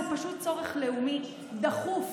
זה פשוט צורך לאומי דחוף